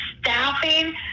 staffing